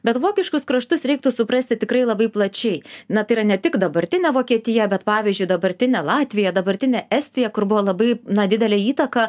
bet vokiškus kraštus reiktų suprasti tikrai labai plačiai na tai yra ne tik dabartinė vokietija bet pavyzdžiui dabartinė latvija dabartinė estija kur buvo labai na didelė įtaka